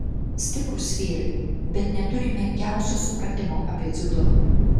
stiprūs vyrai bet neturi menkiausio supratimo apie dziudo